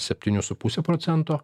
septynių su puse procento